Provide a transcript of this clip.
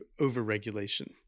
overregulation